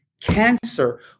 cancer